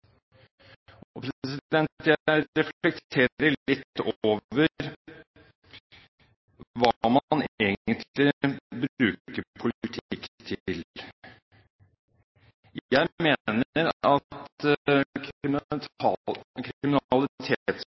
Jeg reflekterer litt over hva man egentlig bruker politikk til. Jeg mener at